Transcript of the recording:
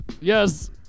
Yes